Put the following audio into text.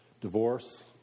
Divorce